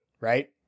right